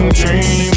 dream